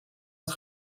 het